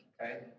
okay